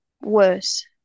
worse